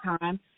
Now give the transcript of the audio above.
time